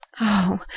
Oh